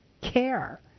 care